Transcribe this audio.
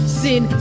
sin